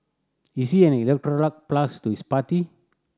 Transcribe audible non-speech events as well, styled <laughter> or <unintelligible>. is he an <unintelligible> plus to his party